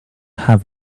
have